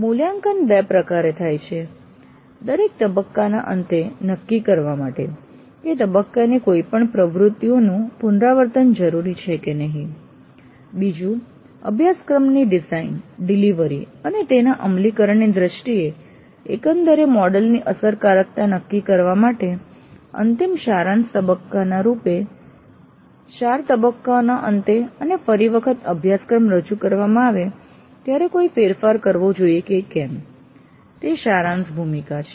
મૂલ્યાંકન બે પ્રકારે થાય છે દરેક તબક્કાના અંતે નક્કી કરવા માટે કે તે તબક્કાની કોઈપણ પ્રવૃત્તિઓની પુનરાવર્તન જરૂરી છે કે નહીં અભ્યાસક્રમની ડિઝાઇન ડિલિવરી અને તેના અમલીકરણની દ્રષ્ટિએ એકંદરે મોડેલ ની અસરકારકતા નક્કી કરવા માટે અંતિમ સારાંશ તબક્કાના રૂપે તરીકે 4 તબક્કાઓના અંતે અને ફરી વખત અભ્યાસક્રમ રજૂ કરવામાં આવે ત્યારે કોઈ ફેરફાર કરવો જોઈએ કે કેમ તે તે સારાંશ ભૂમિકા છે